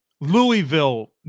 Louisville